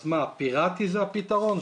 אז פיראטי זה הפתרון?